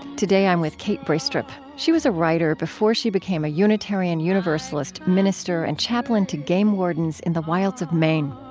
today, i'm with kate braestrup. she was a writer before she became a unitarian universalist minister and chaplain to game wardens in the wilds of maine.